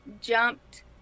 jumped